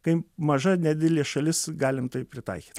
kaip maža nedidelė šalis galim tai pritaikyt